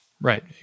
Right